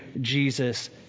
Jesus